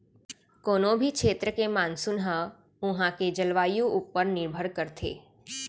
कोनों भी छेत्र के मानसून ह उहॉं के जलवायु ऊपर निरभर करथे